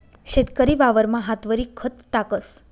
शेतकरी वावरमा हातवरी खत टाकस